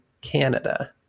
canada